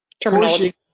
terminology